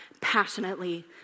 passionately